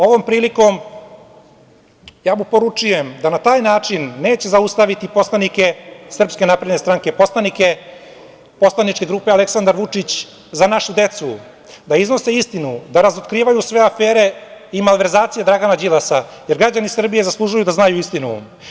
Ovom prilikom ja mu poručujem da na taj način neće zaustaviti poslanike SNS, poslanike poslaničke grupe Aleksadar Vučić – Za našu decu da iznose istinu, da razotkrivaju sve afere i malverzacije Dragana Đilasa, jer građani Srbije zaslužuju da znaju istinu.